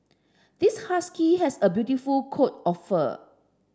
this husky has a beautiful coat of fur